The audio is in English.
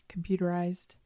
computerized